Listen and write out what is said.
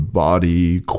Body